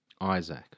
Isaac